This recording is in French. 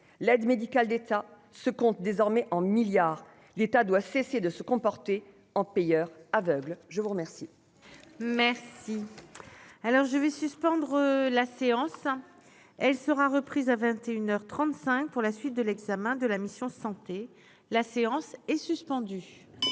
l'aide médicale d'État se comptent désormais en milliards, l'État doit cesser de se comporter en payeur aveugle, je vous remercie. Merci. Alors je vais suspendre la séance, elle sera reprise à 21 heures 35 pour la suite de l'examen de la mission Santé la séance est suspendue.